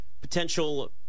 potential –